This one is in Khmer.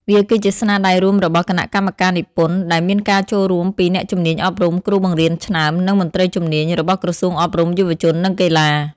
វាគឺជាស្នាដៃរួមរបស់ គណៈកម្មការនិពន្ធ ដែលមានការចូលរួមពី អ្នកជំនាញអប់រំ គ្រូបង្រៀនឆ្នើម និង មន្ត្រីជំនាញ របស់ក្រសួងអប់រំ យុវជន និងកីឡា។